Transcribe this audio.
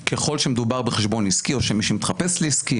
ככל שמדובר בחשבון עסקי או מי שמתחפש לעסקי